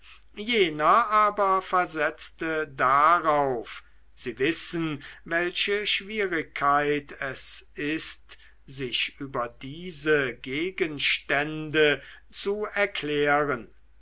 jener aber versetzte darauf sie wissen welche schwierigkeit es ist sich über diese gegenstände zu erklären